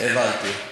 הבנתי.